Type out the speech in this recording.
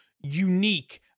unique